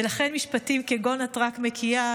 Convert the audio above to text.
ולכן משפטים כגון: את רק מקיאה,